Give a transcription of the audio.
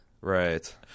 right